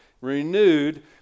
Renewed